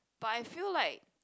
but I feel like